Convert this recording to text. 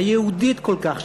הייעודית כל כך,